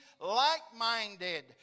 like-minded